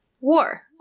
war